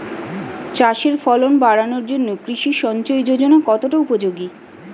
চাষের ফলন বাড়ানোর জন্য কৃষি সিঞ্চয়ী যোজনা কতটা উপযোগী?